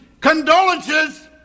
Condolences